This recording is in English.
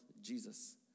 Jesus